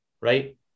right